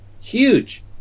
Huge